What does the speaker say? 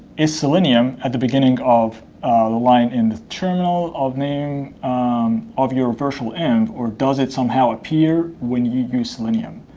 is selenium at the beginning of the line in the terminal of name um of your virtual end or does it somehow appear when you use selenium?